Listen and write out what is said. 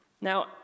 Now